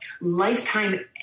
lifetime